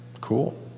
Cool